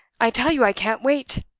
i tell you, i can't wait!